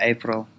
April